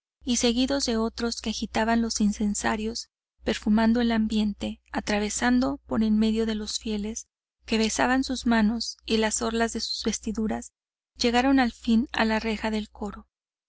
y seguidos de otros que agitaban los incensarios perfumando el ambiente atravesando por en medio de los fieles que besaban sus manos y las orlas de sus vestiduras llegaron al fin a la reja del coro